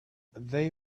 they